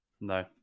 no